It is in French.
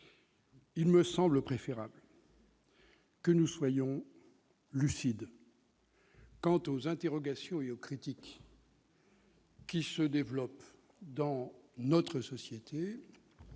Il me semble préférable de nous montrer lucides quant aux interrogations et aux critiques qui se développent dans notre société.